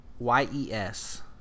Y-E-S